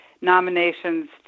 nominations